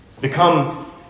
become